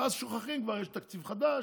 ואז שוכחים, כבר יש תקציב חדש,